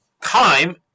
time